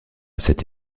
cet